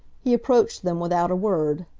he approached them without a word.